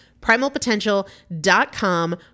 Primalpotential.com